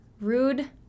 rude